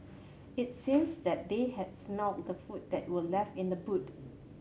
it seems that they had smelt the food that were left in the boot